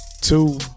Two